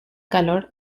calor